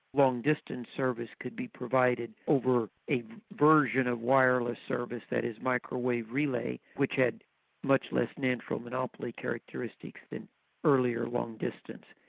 long distance service could be provided over a version of wireless service, that is, microwave relay which had much less natural monopoly characteristics than earlier long distance,